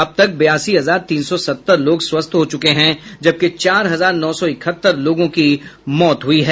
अब तक बयासी हजार तीन सौ सत्तर लोग स्वस्थ हो चुके हैं जबकि चार हजार नौ सौ इकहत्तर लोगों की मौत हुई है